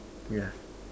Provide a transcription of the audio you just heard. yeah